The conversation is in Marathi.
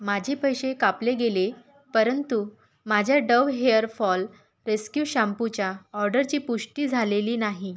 माझे पैसे कापले गेले परंतु माझ्या डव हेअर फॉल रेस्क्यू शॅम्पूच्या ऑर्डरची पुष्टी झालेली नाही